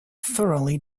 thoroughly